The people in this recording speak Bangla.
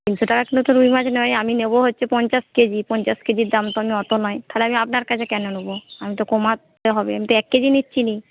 তিনশো টাকা কিলো তো রুই মাছ নয় আমি নেব হচ্ছে পঞ্চাশ কেজি পঞ্চাশ কেজির দাম তো আমি অত নয় তাহলে আমি আপনার কাছে কেন নেব দাম তো কমাতে হবে আমি তো এক কেজি নিচ্ছি না